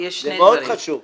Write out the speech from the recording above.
זה מאוד חשוב.